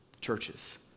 churches